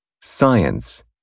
science